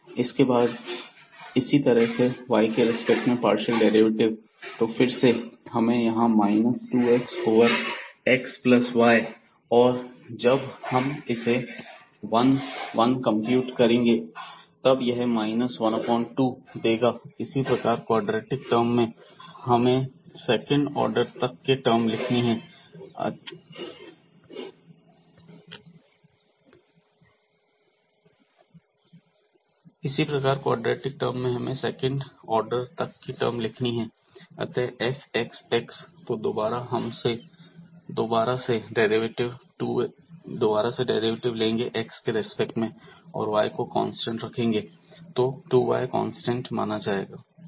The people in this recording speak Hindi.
इसके बाद इसी तरह से y के रिस्पेक्ट में पार्शियल डेरिवेटिव तो फिर से हमें यहां minus 2x over x plus y square और जब हम इसे 1 1 कंप्यूट र करेंगे तब यह माइनस 1 2 देगा इसी प्रकार क्वाड्रेटिक टर्म में हमें सेकंड ऑर्डर तक कि टर्म लिखनी है अतः f xx तो हम दोबारा से डेरिवेटिव लेंगे x के रिस्पेक्ट में और y को कांस्टेंट रखेंगे तो 2y कांस्टेंट माना जाएगा